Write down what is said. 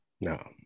No